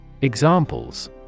Examples